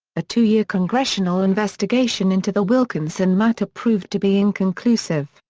a two-year congressional investigation into the wilkinson matter proved to be inconclusive,